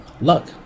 luck